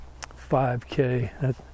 5K